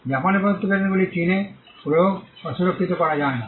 জাপানে প্রদত্ত পেটেন্টগুলি চীনে প্রয়োগ বা সুরক্ষিত করা যায় না